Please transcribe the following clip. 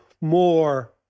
more